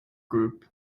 group